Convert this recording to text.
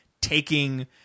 taking